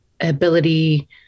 ability